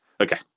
Okay